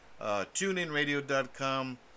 TuneInRadio.com